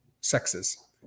sexes